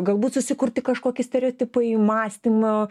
galbūt susikurti kažkokie stereotipai mąstymo